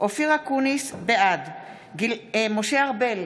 בעד משה ארבל,